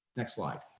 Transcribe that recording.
next slide.